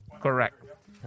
Correct